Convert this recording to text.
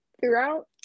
throughout